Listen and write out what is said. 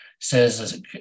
says